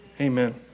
Amen